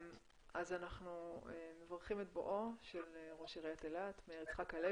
אנחנו מברכים את בואו שלראש עירית אילת מאיר יצחק הלוי,